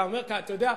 אתה יודע,